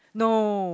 no